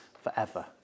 forever